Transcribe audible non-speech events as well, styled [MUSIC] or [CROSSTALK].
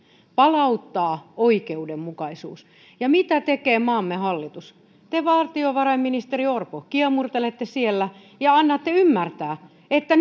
palauttaa oikeudenmukaisuus ja mitä tekee maamme hallitus te valtiovarainministeri orpo kiemurtelette siellä ja annatte ymmärtää että [UNINTELLIGIBLE]